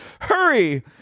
Hurry